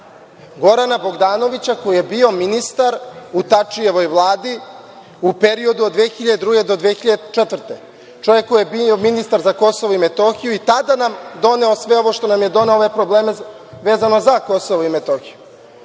Gorana Bogdanovića koji je bio ministar u Tačijevoj vladi u periodu od 2002. do 2004. godine, čovek koji je bio ministar za Kosovo i Metohiju i tada nam doneo sve ovo što nam je doneo, ove probleme vezano za Kosovo i Metohiju.